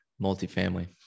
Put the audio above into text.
multifamily